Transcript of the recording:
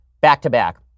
back-to-back